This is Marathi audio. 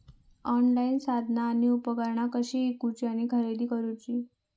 ऑनलाईन साधना आणि उपकरणा कशी ईकूची आणि खरेदी करुची?